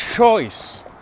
choice